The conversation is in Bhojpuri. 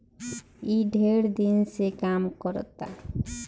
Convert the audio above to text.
ई ढेर दिन से काम करता